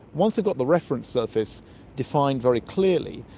once they've got the reference surface defined very clearly,